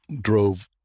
drove